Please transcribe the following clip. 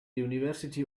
university